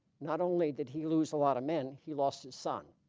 not only did he lose a lot of men he lost his son.